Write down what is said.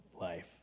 life